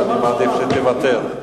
אז אני מעדיף שתוותר.